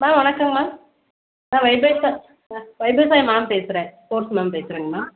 மா வணக்கங்கம்மா நான் வைத்தீஸ்வர் நான் வைத்தீஸ்வரி மேம் பேசுகிறேன் ஸ்போர்ட்ஸ் மேம் பேசுறேங்கம்மா